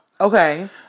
Okay